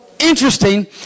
interesting